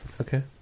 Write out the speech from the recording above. Okay